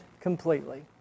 completely